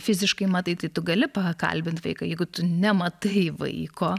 fiziškai matai tai tu gali pakalbint vaiką jeigu tu nematai vaiko